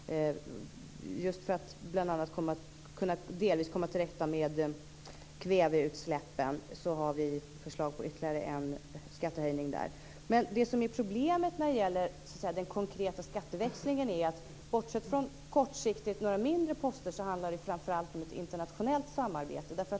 Just för att vi delvis skall komma till rätta med kväveutsläppen har vi förslag till ytterligare en skattehöjning. Problemet när det gäller den konkreta skatteväxlingen - bortsett från några mindre poster på kort sikt - handlar framför allt om ett internationellt samarbete.